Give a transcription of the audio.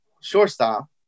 shortstop